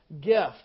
gift